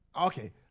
okay